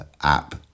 app